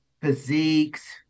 physiques